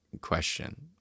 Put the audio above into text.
question